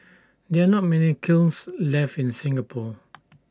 there are not many kilns left in Singapore